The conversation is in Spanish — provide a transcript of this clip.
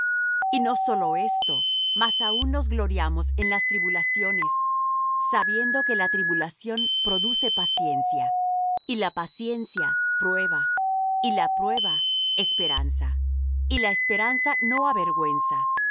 y no sólo esto mas aun nos gloriamos en las tribulaciones sabiendo que la tribulación produce paciencia y la paciencia prueba y la prueba esperanza y la esperanza no avergüenza